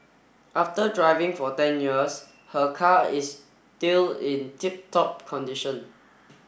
after driving for ten years her car is still in tip top condition